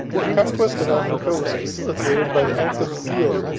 the conquest of africa was facilitated by the active zeal,